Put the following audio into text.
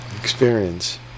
Experience